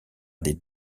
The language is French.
des